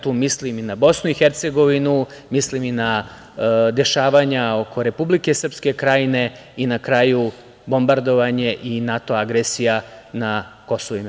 Tu mislim i na BiH, mislim i na dešavanja oko Republike Srpske Krajine i, na kraju, bombardovanje i NATO agresija na KiM.